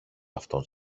αυτόν